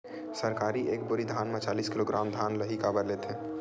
सरकार एक बोरी धान म चालीस किलोग्राम धान ल ही काबर लेथे?